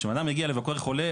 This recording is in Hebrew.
כשבן אדם מגיע לבקר חולה,